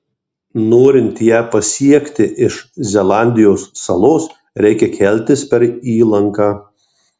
norint ją pasiekti iš zelandijos salos reikia keltis per įlanką